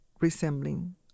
resembling